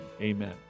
amen